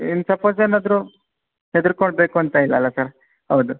ಇನ್ನು ಸಫೋಸ್ ಏನಾದರು ಹೆದರಿಕೊಳ್ಬೇಕು ಅಂತ ಇಲಲ್ಲ ಸರ್ ಹೌದು